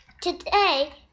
Today